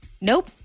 Nope